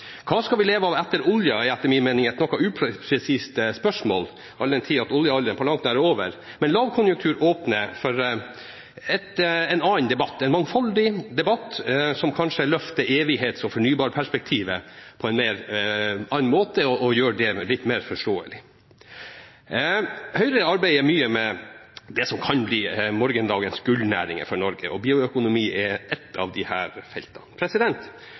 Hva skal vi leve av etter oljen? er etter min mening et noe upresist spørsmål, all den tid oljealderen ikke på langt nær er over. Men lavkonjunktur åpner for en annen debatt, en mangfoldig debatt, som kanskje løfter evighets- og fornybarperspektivet på en annen måte og gjør det litt mer forståelig. Høyre arbeider mye med det som kan bli morgendagens gullnæringer for Norge, og bioøkonomi er ett av